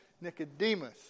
Nicodemus